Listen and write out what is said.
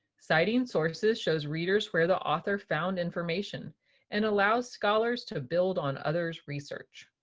citing sources shows readers where the author found information and allows scholars to build on others' research.